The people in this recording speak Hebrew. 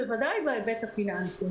בוודאי בהיבט הפיננסי.